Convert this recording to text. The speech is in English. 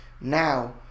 now